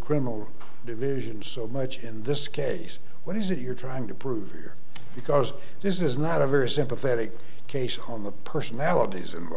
criminal division so much in this case what is it you're trying to prove here because this is not a very sympathetic case on the personalities and